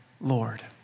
Lord